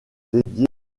dédiés